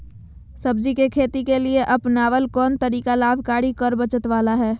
सब्जी के खेती के लिए अपनाबल कोन तरीका लाभकारी कर बचत बाला है?